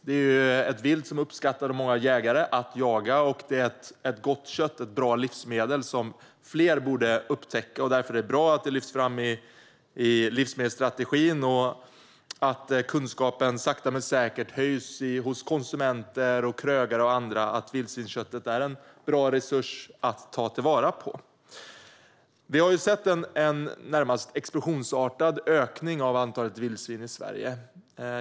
Det är ett vilt som många jägare uppskattar att jaga, och det är ett gott kött och ett bra livsmedel som fler borde upptäcka. Därför är det bra att det lyfts fram i livsmedelsstrategin och att kunskapen sakta men säkert ökar hos konsumenter, krögare och andra om att vildsvinsköttet är en bra resurs att ta till vara. Vi har sett en närmast explosionsartad ökning av antalet vildsvin i Sverige.